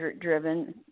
driven